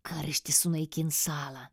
karštis sunaikins salą